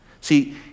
See